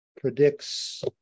predicts